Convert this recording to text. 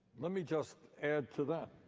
let me just add to that.